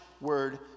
word